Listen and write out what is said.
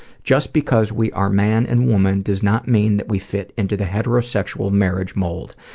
just because we are man and woman does not mean that we fit into the heterosexual marriage mold.